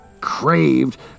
craved